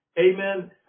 Amen